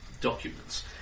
documents